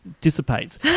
dissipates